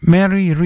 Mary